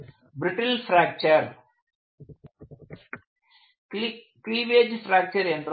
பிரட்டில் fracture cleavage fracture என்றால் என்ன